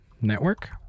network